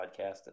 podcast